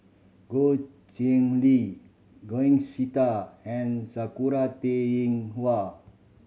Goh Chiew Lye Sita and Sakura Teng Ying Hua